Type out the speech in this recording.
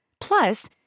Plus